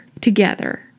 together